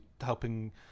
helping